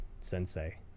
sensei